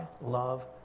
love